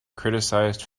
criticized